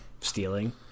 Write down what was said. stealing